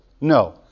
No